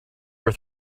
were